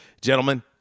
gentlemen